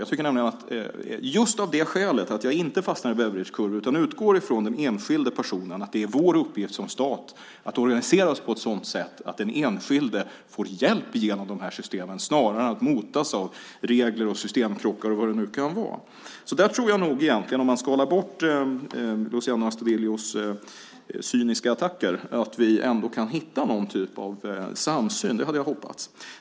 Jag tycker nämligen, just av det skälet att jag inte fastnar i Beveridgekurvor utan utgår ifrån den enskilde personen, att det är vår uppgift som stat att organisera oss på ett sådant sätt att den enskilde får hjälp genom de här systemen snarare än att motas av regler, systemkrockar och vad det nu kan vara. Där tror jag alltså egentligen, om man skalar bort Luciano Astudillos cyniska attacker, att vi ändå kan hitta någon typ av samsyn. Det hade jag hoppats.